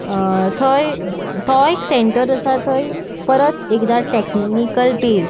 थंय थंय एक सँटर आसा थंय परत एकदां टॅक्निकल बेज